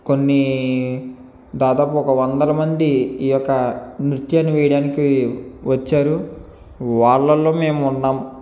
కొన్ని దాదాపు ఒక వందల మంది ఈ యొక్క నృత్యాన్ని వేయడానికి వచ్చారు వాళ్ళల్లో మేము ఉన్నాం